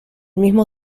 mismo